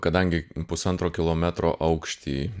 kadangi pusantro kilometro aukšty